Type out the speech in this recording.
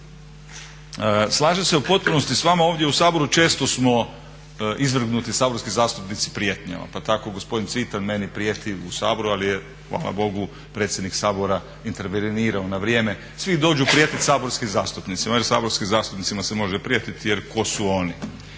Slažem se u potpunosti s vama ovdje u Saboru često smo izvrgnuti saborski zastupnici prijetnjama, pa tako gospodin Cvitan meni prijeti u Saboru ali je hvala Bogu predsjednik Sabora intervenirao na vrijeme. Svi dođu prijetiti saborskim zastupnicima jer se saborskim zastupnicima može prijetiti jer tko su oni,